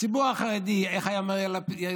הציבור החרדי, איך היה אומר יאיר לפיד?